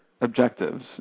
objectives